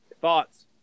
thoughts